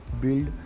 build